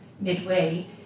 Midway